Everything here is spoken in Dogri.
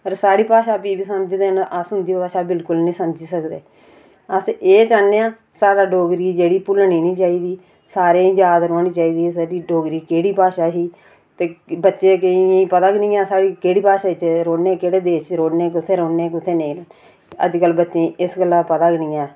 साढ़ी भाषा फ्ही बी समझदे न अस्उदी भाषा बिल्कुल नीं समझी सकदे अस एह् चाहन्ने आं साढ़ी डोगरी जेह्ड़ी भुल्लनी नी चाही दी सारें गी याद रौह्नी चाही दी साढ़ी डोगरी केह्ड़ी भाषा ही ते बच्चें गी केइएं गी पता गै नी ऐ केह्ड़ी भाषा च रौह्ने केह्ड़े देश च रौह्ने कुत्थै रौह्ने कुत्थै नेई रौह्ने अज्ज कल्ल बच्चें गी एस्स गल्ला दा पता गे नी ऐ